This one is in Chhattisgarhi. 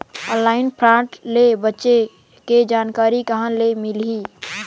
ऑनलाइन फ्राड ले बचे के जानकारी कहां ले मिलही?